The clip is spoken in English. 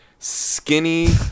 Skinny